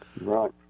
Right